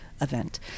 event